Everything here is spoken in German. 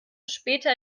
später